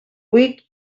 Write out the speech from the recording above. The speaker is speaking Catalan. vuit